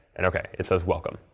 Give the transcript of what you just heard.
and ok, it says welcome.